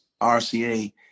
RCA